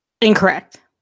Incorrect